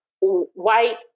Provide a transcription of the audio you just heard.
white